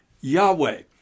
Yahweh